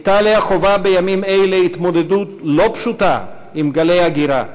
איטליה חווה בימים אלה התמודדות לא פשוטה עם גלי הגירה,